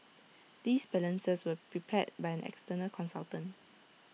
these balances were prepared by an external consultant